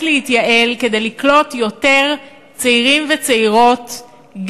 להתייעל כדי לקלוט יותר צעירים וצעירות,